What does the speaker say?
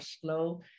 slow